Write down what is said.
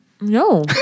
No